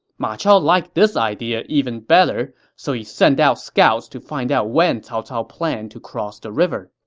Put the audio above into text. ma chao liked this idea even better, so he sent out scouts to find out when cao cao planned to cross the river